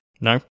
No